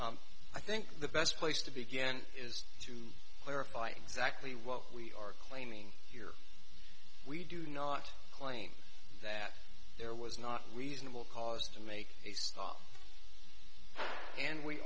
me i think the best place to begin is to clarify exactly what we are claiming here we do not claim that there was not reasonable cause to make a stop and we